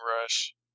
Rush